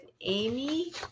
Amy